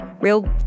real